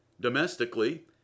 domestically